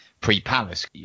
Pre-Palace